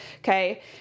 okay